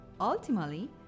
Ultimately